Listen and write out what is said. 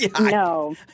No